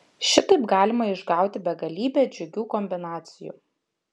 šitaip galima išgauti begalybę džiugių kombinacijų